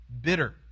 bitter